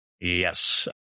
Yes